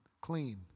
Clean